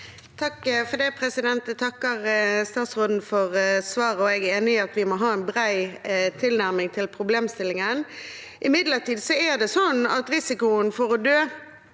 (FrP) Jeg takker statsråd- en for svaret. Jeg er enig i at vi må ha en bred tilnærming til problemstillingen. Imidlertid er det sånn at risikoen for å dø